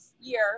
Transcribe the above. year